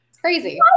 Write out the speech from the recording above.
crazy